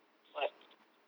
but